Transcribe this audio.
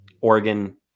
Oregon